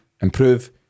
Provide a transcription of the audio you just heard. improve